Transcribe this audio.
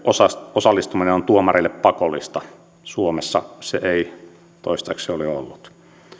osallistuminen on tuomareille pakollista suomessa se ei toistaiseksi ole ollut